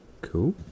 Cool